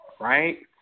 right